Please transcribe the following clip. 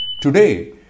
Today